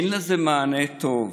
אין לזה מענה טוב.